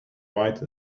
white